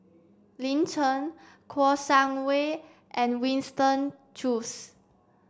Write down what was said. Lin Chen Kouo Shang Wei and Winston Choos